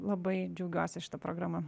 labai džiaugiuosi šita programa